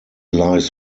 lies